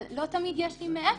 אבל לא תמיד יש לי מאיפה,